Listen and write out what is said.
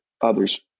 other's